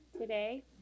today